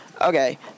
Okay